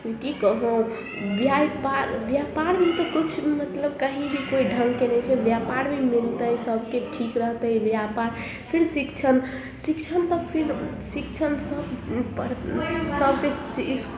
जे की कहू ब्यापार ब्यापारमे तऽ किछु मतलब कही भी कोइ ढंगके नहि छै ब्यापारी मिलतै सब किछु ठीक रहतै ब्यापार फिर शिक्षण शिक्षण तऽ फिर शिक्षण सबके